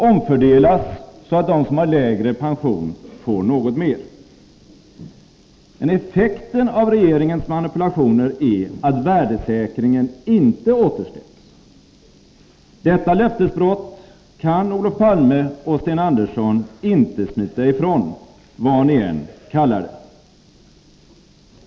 omfördelas så att de som har lägre pension får något mer. Men effekten av regeringens manipulationer är att värdesäkringen inte återställs. Detta löftesbrott kan Olof Palme och Sten Andersson inte smita ifrån vad ni än kallar det.